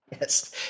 Yes